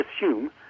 assume